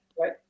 right